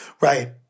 Right